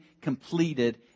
completed